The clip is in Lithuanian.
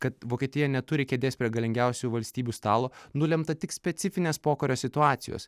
kad vokietija neturi kėdės prie galingiausių valstybių stalo nulemta tik specifinės pokario situacijos